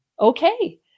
okay